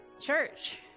Church